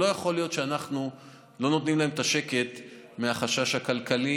לא יכול להיות שאנחנו לא נותנים להם את השקט מהחשש הכלכלי.